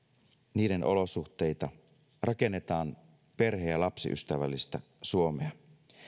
niiden olosuhteita rakennetaan perhe ja lapsiystävällistä suomea